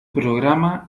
programa